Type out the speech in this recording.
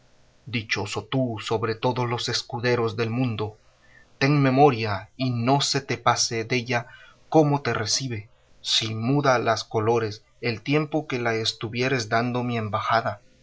dichoso tú sobre todos los escuderos del mundo ten memoria y no se te pase della cómo te recibe si muda las colores el tiempo que la estuvieres dando mi embajada